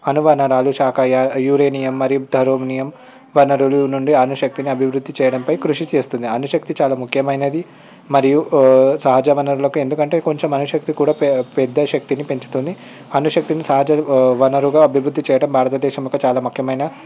అనువనాలు శాఖ యురేనియం మరియు థరోనీయం వనరులు నుండి అను శక్తిని అభివృద్ధి చేయడంపై కృషి చేస్తుంది అను శక్తి చాలా ముఖ్యమైనది మరియు సహజ వనరులకు ఎందుకంటే కొంచెం అనుసక్తి కూడా పెద్ద శక్తిని పెంచుతుంది అను శక్తిని సహజ వనరుగా అభివృద్ధి చేయడం భారతదేశము యొక్క చాలా ముఖ్యమైన